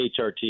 HRT